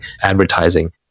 advertising